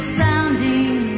sounding